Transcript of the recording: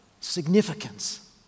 significance